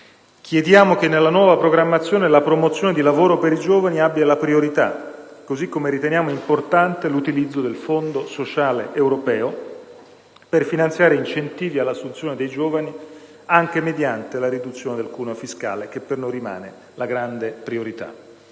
Chiediamo che nella nuova programmazione la promozione di lavoro per i giovani abbia la priorità, così come riteniamo importante l'utilizzo del Fondo sociale europeo per finanziare incentivi all'assunzione dei giovani, anche mediante la riduzione del cuneo fiscale, che per noi rimane la grande priorità.